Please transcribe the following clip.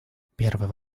первый